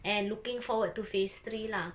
and looking forward to phase three lah